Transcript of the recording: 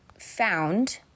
found